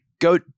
go